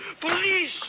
Police